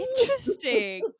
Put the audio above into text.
interesting